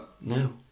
No